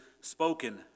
spoken